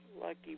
Lucky